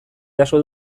jaso